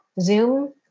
Zoom